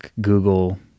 Google